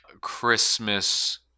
Christmas